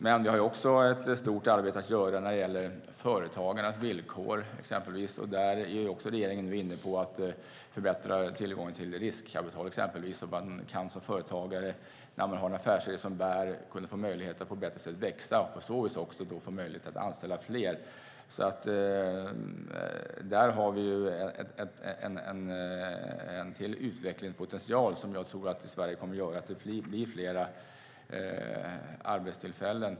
Men vi har ett stort arbete att göra när det gäller företagarnas villkor. Där är regeringen nu inne på att exempelvis förbättra tillgången på riskkapital så att man som företagare med en affärsidé som bär kan få möjlighet att växa och på så sätt kunna anställa fler. Där finns en utvecklingspotential som jag tror kommer att göra att det bli fler arbetstillfällen.